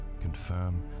confirm